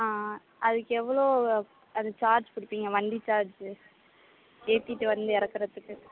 ஆ அதுக்கு எவ்வளோ அது சார்ஜ் பிடிப்பிங்க வண்டி சார்ஜி ஏற்றிட்டு வந்து இறக்குறத்துக்கு